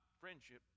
friendship